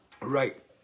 Right